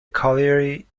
colliery